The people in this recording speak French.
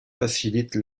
facilite